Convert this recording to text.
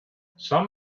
some